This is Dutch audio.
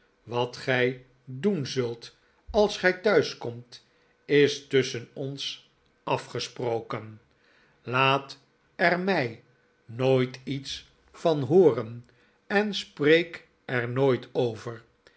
wat gij doen zult als gij thuis komt is tusschen ons afgesproken maarten chuzzl ewit laat er iiiij nooit iets van hooren en spreek er nooit over